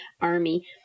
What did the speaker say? army